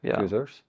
users